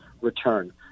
return